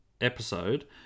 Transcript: episode